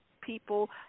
people